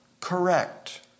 correct